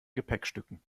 gepäckstücken